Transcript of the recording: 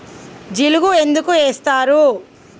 జిలుగు ఎందుకు ఏస్తరు?